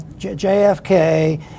JFK